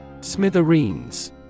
Smithereens